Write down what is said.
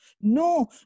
No